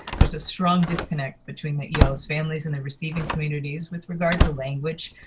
there's a strong disconnect between the yeah els' families and the receiving communities with regard to language,